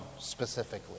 specifically